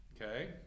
Okay